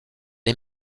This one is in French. est